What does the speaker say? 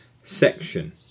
section